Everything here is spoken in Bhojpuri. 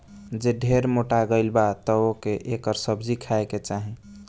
जे ढेर मोटा गइल बा तअ ओके एकर सब्जी खाए के चाही